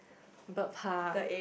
bird park